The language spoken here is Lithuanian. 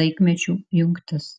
laikmečių jungtis